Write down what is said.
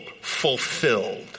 fulfilled